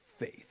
faith